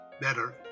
better